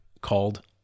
called